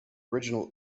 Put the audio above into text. original